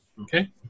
Okay